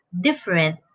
different